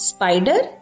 Spider